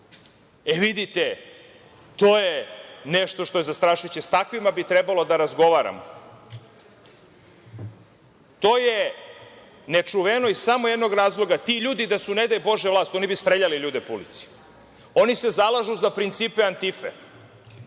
vesti. Vidite, to je nešto što je zastrašujuće. Sa takvima bi trebalo da razgovaramo. To je nečuveno iz samo jednog razloga – ti ljudi da su, ne daj bože, vlast, oni bi streljali ljude po ulici. Oni se zalažu za principe „Antife“,